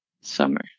summer